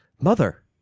Mother